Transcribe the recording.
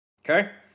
Okay